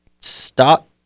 stop